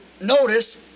notice